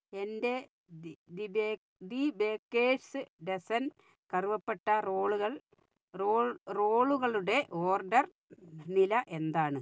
എന്റെ the Baker's Dozen കറുവപ്പട്ട റോളുകളുടെ ഓർഡർ നില എന്താണ്